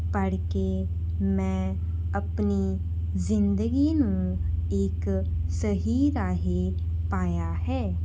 ਪੜ੍ਹ ਕੇ ਮੈਂ ਆਪਣੀ ਜ਼ਿੰਦਗੀ ਨੂੰ ਇੱਕ ਸਹੀ ਰਾਹ ਪਾਇਆ ਹੈ